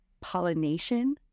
pollination